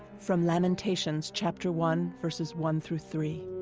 from lamentations, chapter one, verses one through three